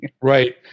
Right